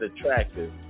attractive